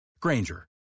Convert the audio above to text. Granger